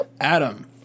adam